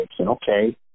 okay